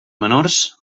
menors